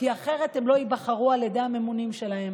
כי אחרת הם לא ייבחרו על ידי הממונים עליהם.